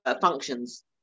functions